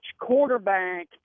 quarterback